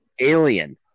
alien